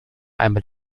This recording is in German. einmal